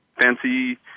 fancy